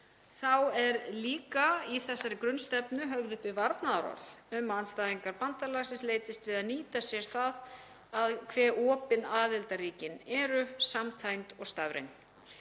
Þá eru líka í þessari grunnstefnu höfð uppi varnaðarorð um að andstæðingar bandalagsins leitist við að nýta sér það hve opin aðildarríkin eru, samtengd og stafræn.